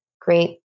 great